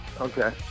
Okay